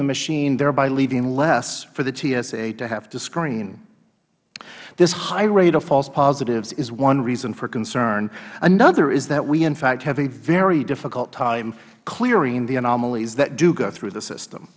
the machine thereby leaving less for the tsa to have to screen this high rate of false positives is one reason for concern another is that we in fact have a very difficult time clearing the anomalies that do go through the system